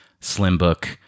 SlimBook